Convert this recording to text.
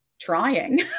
trying